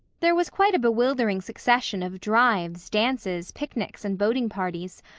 there was quite a bewildering succession of drives, dances, picnics and boating parties,